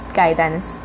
guidance